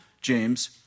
James